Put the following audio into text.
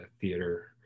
theater